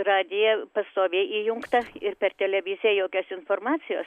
radiją pastoviai įjungtą ir per televiziją jokios informacijos